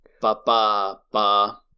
ba-ba-ba